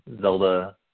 Zelda